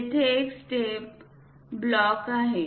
येथे एक step block आहे